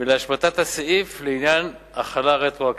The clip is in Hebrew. ולהשמטת הסעיף לעניין החלה רטרואקטיבית.